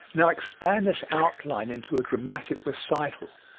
now expand this outline into a dramatic recital,